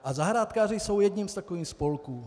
A zahrádkáři jsou jedním z takových spolků.